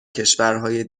کشورهای